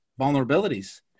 vulnerabilities